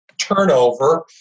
turnover